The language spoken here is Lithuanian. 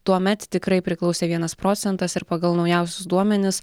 tuomet tikrai priklausė vienas procentas ir pagal naujausius duomenis